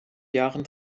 jahren